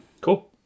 Cool